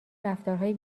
رفتارهای